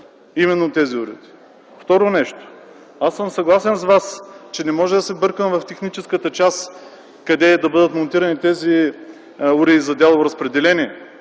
именно тези уреди. Второ нещо, аз съм съгласен с Вас, че не може да се бърка в техническата част - къде да бъдат монтирани тези уреди за дялово разпределение.